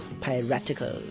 Piratical